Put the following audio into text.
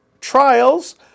trials